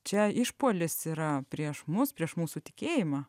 čia išpuolis yra prieš mus prieš mūsų tikėjimą